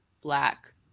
black